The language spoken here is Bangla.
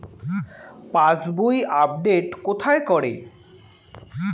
পাসবই আপডেট কোথায় করে?